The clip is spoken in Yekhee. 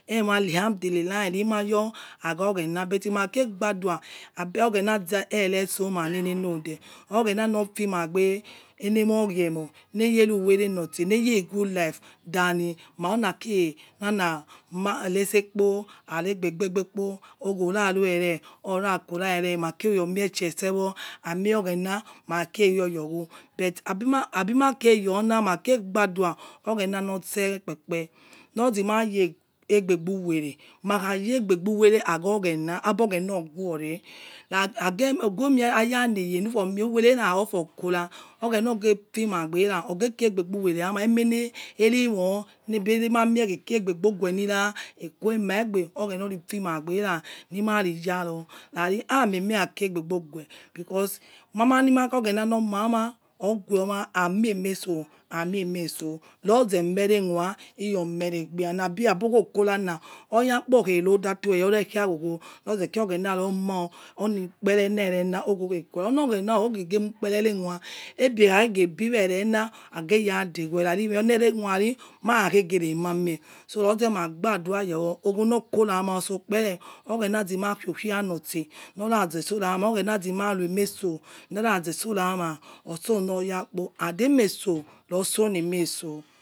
Ema lu ahamdukhi emaci li gbadua'a oghena zere itso mie, oghena fi magbe ene mo ghu emo ueghe good life than maikuci emale ma itse kpo uitse aigbe gbe ogue kpo ogho ra ro ere oro kora ere ma kere mie tse se wo amie oghenake yowo but abima kere yowo na make gba dua oghena no itse kpe kpe loze ma yere aigbe nu uwele makha re aigbe bu uwele aghoghen aibi oghena guere ogu mie aya hogele ira na ofo kora ologhe kici aigbe bo oghue liya oghena lobo fima ghiena lima ti aya ro yaci amie kiri aigbe bo ghue oghena cifie magbe ra ma boci yaro khaci aimie akiai aigbe gbo ghue because mai maich yo oghena lomama oghuema aimime tso amine me tso loze eme aikhua labo ogbo ghe kora oya kpo ghe ro odato ore khai ghogho loze kira oghena lomo olukpere na ogho ghe kura olo ' oghena lomu ele pere erekhua ebi khaighe big erena ighe rachegwe loze okha de'ghure aikhage re aunamie magba dua'a yo wo ogho lokora ma' use ukpere oghena zema khokha lo itse loza soya ma oghena zima rume so lokhaze so yama oso loya kpo and aumie so losole aimie so